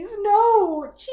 No